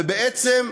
ובעצם,